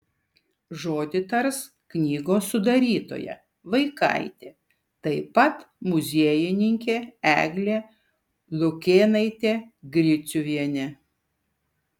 žodį tars knygos sudarytoja vaikaitė taip pat muziejininkė eglė lukėnaitė griciuvienė